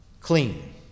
clean